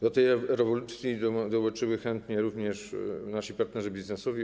Do tej rewolucji dołączyli chętnie również nasi partnerzy biznesowi.